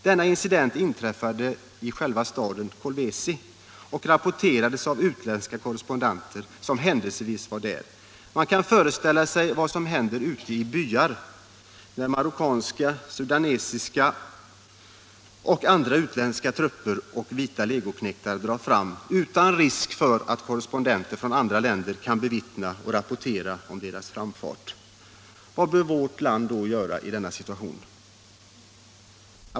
Denna incident inträffade i själva staden Kolwezi och rapporterades av utländska korrespondenter som händelsevis var där. Man kan föreställa sig vad som händer ute i byarna när marockanska, sudanesiska och andra utländska trupper och vita legoknektar drar fram utan risk för att korrespondenter från andra länder kan bevittna och rapportera om deras framfart. Vad bör då vårt land göra i denna situation?